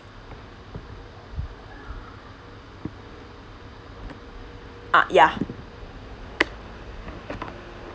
ah ya